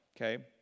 Okay